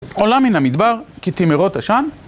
עולה מן המדבר, כֿתמרות עשן